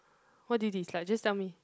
what do you dislike just tell me